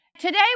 Today